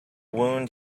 wound